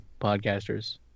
podcasters